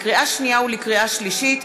לקריאה שנייה ולקריאה שלישית: